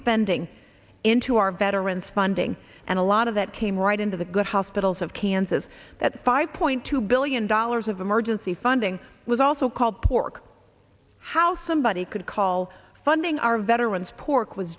spending into our veterans funding and a lot of that came right into the good hospitals of kansas that five point two billion dollars of emergency funding was also called pork how somebody could call funding our veterans pork was